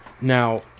Now